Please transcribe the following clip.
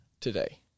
today